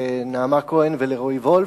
לנעמה כהן ולרועי וולף.